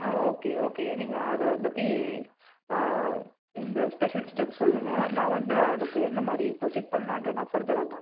okay okay நீங்கள் அதை பற்றி இந்த ஸ்பெஷல் ஸ்டெப் சொல்லுங்கள் நான் வந்து அதுக்கு என்ன மாதிரி ப்ரொசிட் பண்ணலான்ட்டு நான் ஃபர்தராக பாக்கிறேன்